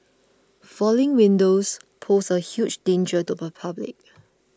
falling windows pose a huge danger to the public